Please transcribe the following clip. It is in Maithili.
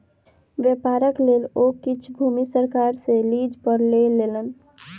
व्यापारक लेल ओ किछ भूमि सरकार सॅ लीज पर लय लेलैन